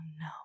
no